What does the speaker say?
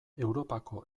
europako